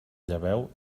lleveu